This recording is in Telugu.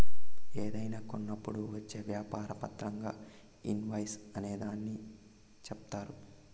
ఏదైనా కొన్నప్పుడు వచ్చే వ్యాపార పత్రంగా ఇన్ వాయిస్ అనే దాన్ని చెప్తారు